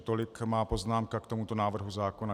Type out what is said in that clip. Tolik moje poznámka k tomuto návrhu zákona.